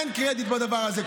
אין קרדיט בדבר הזה,